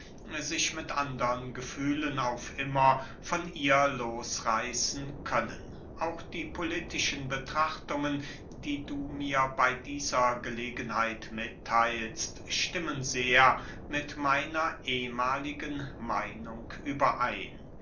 sich mit andern gefühlen auf immer von ihr los reißen können auch die politischen betrachtungen die du mir bey dieser gelegenheit mittheilst stimmen sehr mit meiner ehmahligen meinung überein